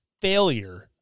failure